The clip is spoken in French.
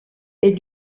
est